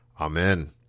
Amen